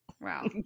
Wow